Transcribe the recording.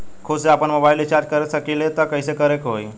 खुद से आपनमोबाइल रीचार्ज कर सकिले त कइसे करे के होई?